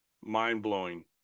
mind-blowing